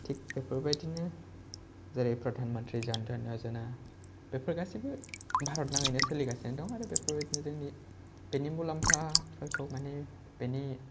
थिक बेफोरबादिनो जेरै प्रडान मन्थ्रि जान डन यजना बेफोर गासिबो भारत नाङैनो सोलिगासिनो दं आरो बोफोरबादिनो जोंनि बेनि मुलाम्फाफोरखौ मानि बेनि